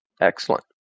Excellent